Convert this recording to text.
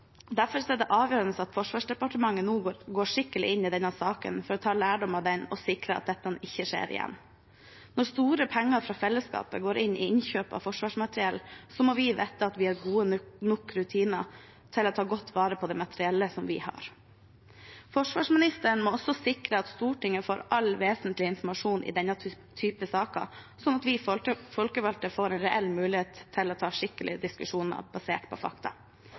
er det avgjørende at Forsvarsdepartementet nå går skikkelig inn i denne saken for å ta lærdom av den og sikre at dette ikke skjer igjen. Når store penger fra fellesskapet går inn i innkjøp av forsvarsmateriell, må vi vite at vi har gode nok rutiner til å ta godt vare på det materiellet som vi har. Forsvarsministeren må også sikre at Stortinget får all vesentlig informasjon i denne typen saker, sånn at vi folkevalgte får en reell mulighet til å ha skikkelige diskusjoner basert på fakta.